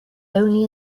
only